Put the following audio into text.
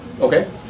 Okay